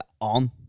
on